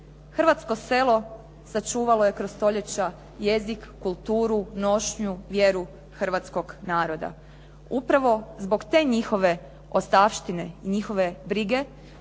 Hrvatsko selo sačuvalo je kroz stoljeća jezik, kulturu, nošnju, vjeru hrvatskog naroda. Upravo zbog te njihove ostavštine, njihove brige,